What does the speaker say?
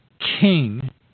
king